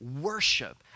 worship